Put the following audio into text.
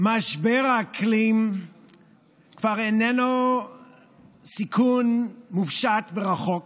משבר האקלים כבר איננו סיכון מופשט ורחוק